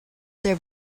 there